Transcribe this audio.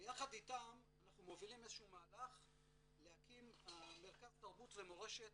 ויחד איתם אנחנו מובילים איזשהו מהלך להקים מרכז תרבות ומורשת